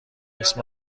اسم